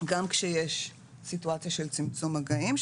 גם כשיש סיטואציה של צמצום מגעים,